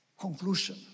conclusion